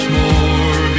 more